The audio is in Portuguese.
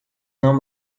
não